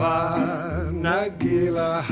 Nagila